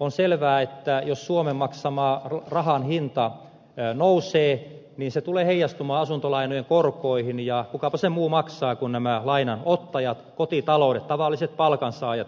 on selvää että jos suomen maksaman rahan hinta nousee niin se tulee heijastumaan asuntolainojen korkoihin ja kukapa sen muu maksaa kuin nämä lainanottajat kotitaloudet tavalliset palkansaajat